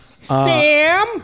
Sam